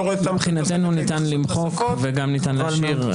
מבחינתנו, ניתן למחוק וגם להשאיר.